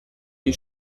die